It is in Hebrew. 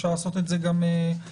אפשר לעשות את זה גם בהסתייגויות.